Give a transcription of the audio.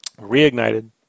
Reignited